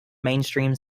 mainstream